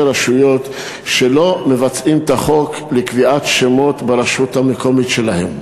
רשויות שלא מבצעים את החוק לקביעת שמות ברשות המקומית שלהם.